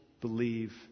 believe